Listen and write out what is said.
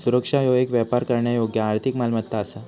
सुरक्षा ह्यो येक व्यापार करण्यायोग्य आर्थिक मालमत्ता असा